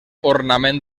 ornament